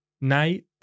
night